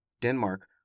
Denmark